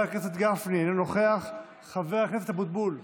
חבר הכנסת גפני, אינו נוכח, חבר הכנסת אבוטבול,